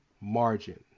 margin